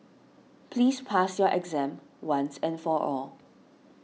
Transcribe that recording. please pass your exam once and for all